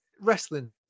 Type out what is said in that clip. wrestling